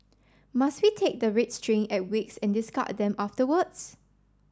must we take the red string at wakes and discard them afterwards